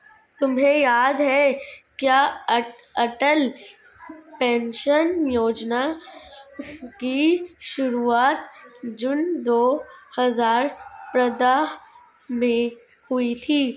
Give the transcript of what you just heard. तुम्हें याद है क्या अटल पेंशन योजना की शुरुआत जून दो हजार पंद्रह में हुई थी?